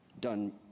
done